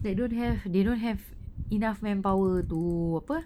they don't have they don't have enough manpower to apa ah